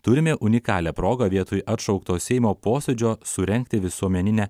turime unikalią progą vietoj atšaukto seimo posėdžio surengti visuomeninę